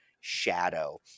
Shadow